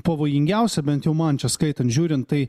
pavojingiausia bent jau man čia skaitant žiūrint tai